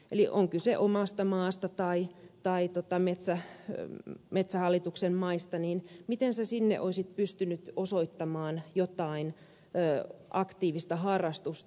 kun on kyse omalla maalla tai metsähallituksen mailla metsästyksestä niin miten sinä sinne olisit pystynyt osoittamaan jotain aktiivista harrastusta